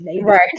Right